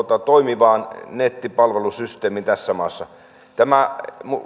toimivaan nettipalvelusysteemiin tässä maassa tämä